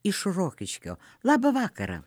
iš rokiškio labą vakarą